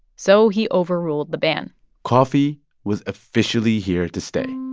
so he overruled the ban coffee was officially here to stay